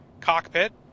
cockpit